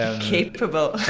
capable